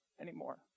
anymore